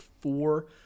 four